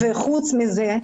חוץ מזה,